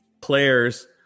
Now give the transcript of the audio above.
players